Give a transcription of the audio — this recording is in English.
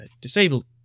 disabled